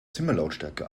zimmerlautstärke